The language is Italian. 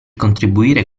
contribuire